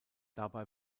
dabei